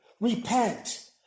repent